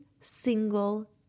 single